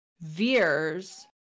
Veers